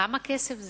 כמה כסף זה?